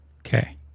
okay